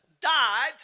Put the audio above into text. died